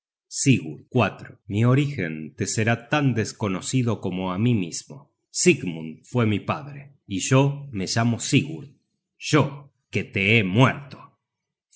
sigurd mi origen te será tan desconocido como á mí mismo sigmund fue mi padre y yo me llamo sigurd yo que te he muerto